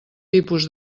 tipus